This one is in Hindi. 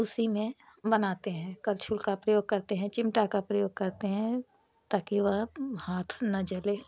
उसी में बनाते हैं कल्छुल का प्रयोग करते हैं चिमटा का प्रयोग करते हैं ताकि वह हाथ न जले